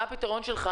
מה הפתרון שלך